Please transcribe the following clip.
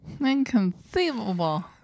Inconceivable